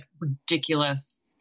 ridiculous